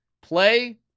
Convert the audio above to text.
Play